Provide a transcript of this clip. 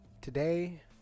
Today